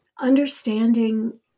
understanding